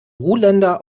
ruländer